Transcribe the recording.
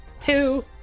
Two